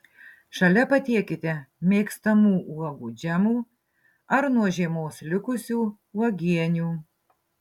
šalia patiekite mėgstamų uogų džemų ar nuo žiemos likusių uogienių